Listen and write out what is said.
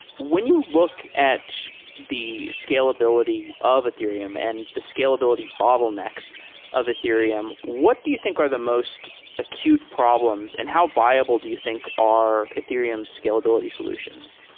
when you look at the scalability of ethereum and the scalability bottlenecks of ethereum, what do you think are the most acute problems and how viable do you think are ethereum scalability solutions?